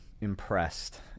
impressed